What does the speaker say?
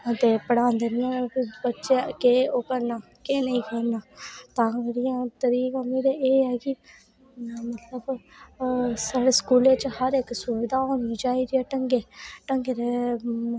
पढ़ांदे ते हैन बच्चें ओह् केह् करना केह् नेईं करना तां करियै एह् कि मतलब साढ़े स्कूलें बिच हर सुविधा होनी चाहिदी ऐ ढंगै दी ढंगै दे ते